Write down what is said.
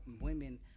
women